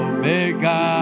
Omega